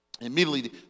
Immediately